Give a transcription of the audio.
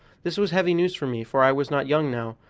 this was heavy news for me, for i was not young now,